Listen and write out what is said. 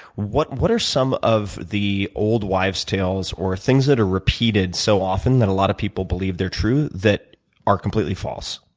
what what are some of the old wives' tales or things that are repeated so often that a lot of people believe they're true that are completely false